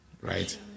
right